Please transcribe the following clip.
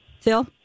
Phil